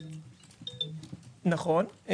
נכון.